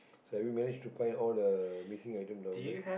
have we managed to find all the missing items down there